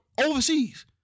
overseas